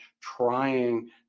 trying